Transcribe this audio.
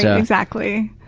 ah exactly.